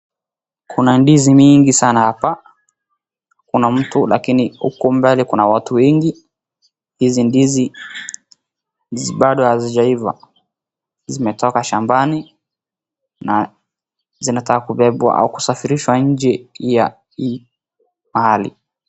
Kuna ndizi nyingi sana hapa. Kuna mtu lakini uko mbali kuna watu wengi. Hizi ndizi bado hazijaiva, zimetoka shambani na zinataka kubebwa au kusafirishwa nchi ya nje, mahali.